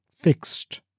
fixed